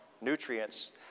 nutrients